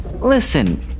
Listen